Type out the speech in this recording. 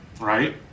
right